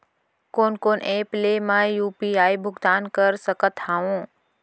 कोन कोन एप ले मैं यू.पी.आई भुगतान कर सकत हओं?